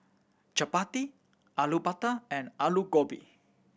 Chapati Alu Matar and Alu Gobi